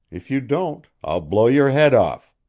if you don't, i'll blow your head off.